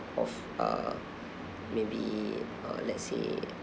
of uh maybe uh let's say